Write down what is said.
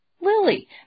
Lily